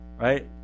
right